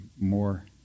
more